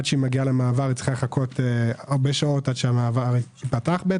עד שמגיעה למעבר צריכה לחכות הרבה שעות עד שהמעבר ייפתח.